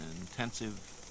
intensive